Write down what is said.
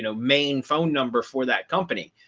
you know main phone number for that company.